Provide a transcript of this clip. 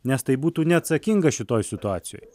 nes tai būtų neatsakinga šitoj situacijoj